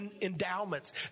endowments